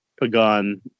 Pagan